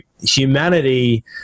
humanity